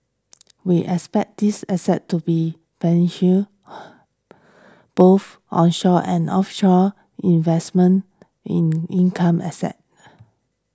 we expect this asset to be both onshore and offshore investment in income assets